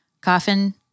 coffin